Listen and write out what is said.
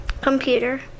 Computer